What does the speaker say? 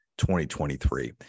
2023